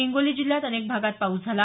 हिंगोली जिल्ह्यात अनेक भागात पाऊस झाला